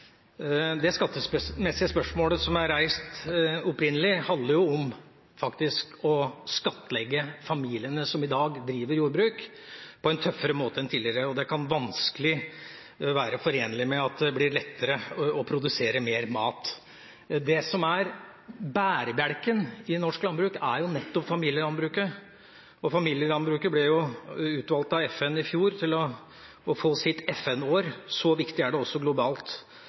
skattlegge de familiene som i dag driver jordbruk, på en tøffere måte enn tidligere, og det kan vanskelig være forenlig med at det blir lettere å produsere mer mat. Det som er bærebjelken i norsk landbruk, er nettopp familielandbruket. Og familielandbruket ble i fjor utvalgt av FN til å få sitt FN-år – så det er viktig også globalt.